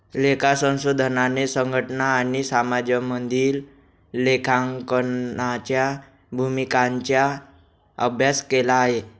लेखा संशोधनाने संघटना आणि समाजामधील लेखांकनाच्या भूमिकांचा अभ्यास केला आहे